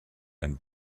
ein